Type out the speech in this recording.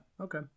okay